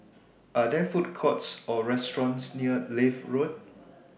Are There Food Courts Or restaurants near Leith Road